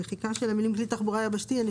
המילים "כלי תחבורה יבשתית" יימחקו,